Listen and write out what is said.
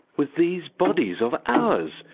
with these bodies of ours,